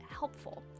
helpful